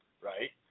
right